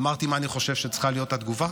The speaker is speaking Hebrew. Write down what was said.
אמרתי מה אני חושב שצריכה להיות התגובה.